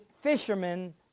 fishermen